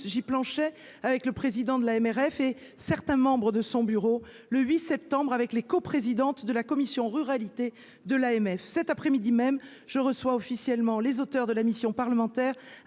J. planchait avec le président de l'AMRF et certains membres de son bureau le 8 septembre avec les co-présidente de la commission ruralité de l'AMF cet après-midi même, je reçois officiellement les auteurs de la mission parlementaire